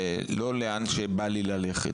לא לאן שבא לי ללכת.